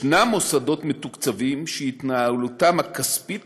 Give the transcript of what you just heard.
יש מוסדות מתוקצבים שהתנהלותם הכספית